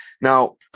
Now